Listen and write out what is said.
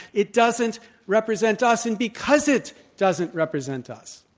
it doesn't represent us. and because it doesn't represent us,